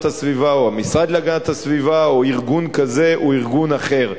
הסביבה או המשרד להגנת הסביבה או ארגון כזה או ארגון אחר.